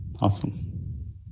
Awesome